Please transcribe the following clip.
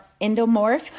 endomorph